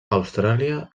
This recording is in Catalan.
austràlia